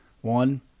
One